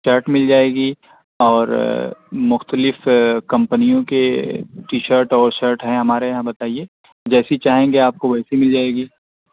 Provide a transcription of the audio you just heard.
shirt مل جائے گی اور مختلف کمپنیوں کے ٹی شرٹ اور شرٹ ہیں ہمارے یہاں بتائیے جیسی چاہیں گے آپ کو ویسی مل جائے گی